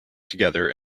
together